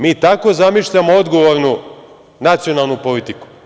Mi tako zamišljamo odgovornu nacionalnu politiku.